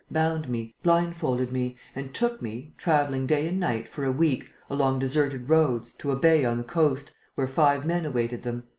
bound me, blindfolded me and took me, travelling day and night, for a week, along deserted roads, to a bay on the coast, where five men awaited them.